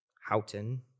Houghton